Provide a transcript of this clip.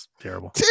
Terrible